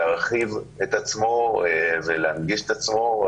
להרחיב את עצמו ולהנגיש את עצמו.